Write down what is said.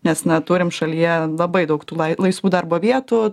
nes na turim šalyje labai daug tų lai laisvų darbo vietų